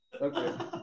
Okay